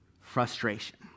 frustration